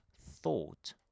thought